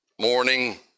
morning